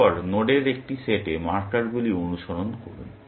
তারপরে নোডের একটি সেটে মার্কারগুলি অনুসরণ করুন